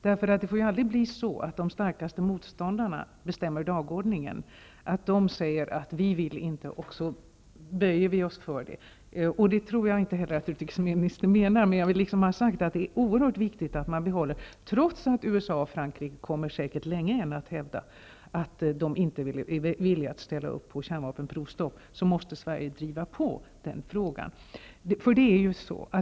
Det får aldrig bli så att den starkaste motparten bestämmer dagordningen. När de säger: Vi vill inte -- då får vi inte böja oss för det. Det tror jag heller inte utrikesministern menar. Men jag vill ha sagt att det är oerhört viktigt att Sverige driver på i denna fråga, trots att USA och Frankrike säkert inte är villiga att ställa sig bakom ett kärnvapenprovstopp.